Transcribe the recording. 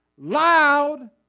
Loud